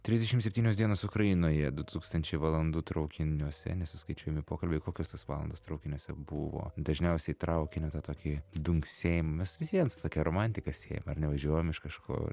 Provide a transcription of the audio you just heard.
trisdešim septynios dienos ukrainoje du tūkstančiai valandų traukiniuose nesuskaičiuojami pokalbiai kokios tos valandos traukiniuose buvo dažniausiai traukinio tą tokį dunksėjimą mes vis vien su tokia romantika siejam ar ne važiuojam iš kažkur